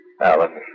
Alan